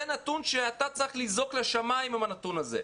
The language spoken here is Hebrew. אתה צריך לזעוק לשמיים עם הנתון הזה,